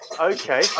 okay